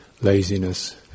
laziness